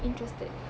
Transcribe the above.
interested